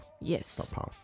Yes